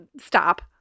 stop